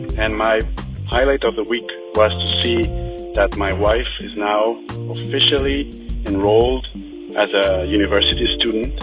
and my highlight of the week was to see that my wife is now officially enrolled as a university student.